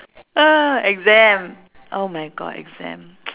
ah exam oh my god exam